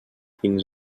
fins